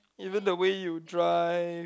even the way you drive